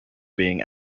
being